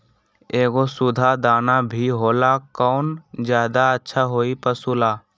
एगो सुधा दाना भी होला कौन ज्यादा अच्छा होई पशु ला?